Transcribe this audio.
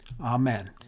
Amen